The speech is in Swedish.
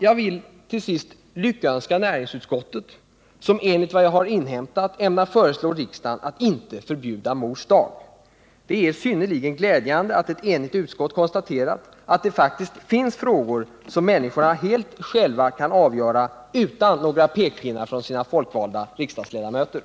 Jag vill till sist lyckönska näringsutskottet, som enligt vad jag har inhämtat ämnar föreslå riksdagen att inte förbjuda Mors dag. Det är synnerligen glädjande att ett enigt utskott konstaterar att det faktiskt finns frågor som människorna själva helt kan avgöra utan några pekpinnar från de folkvalda riksdagsledamöterna.